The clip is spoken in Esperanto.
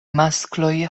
maskloj